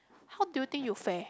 how do you think you fair